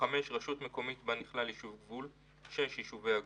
רשות מקומית בה נכלל יישוב גבול, יישובי הגבול,